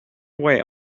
away